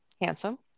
handsome